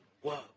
whoa